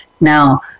Now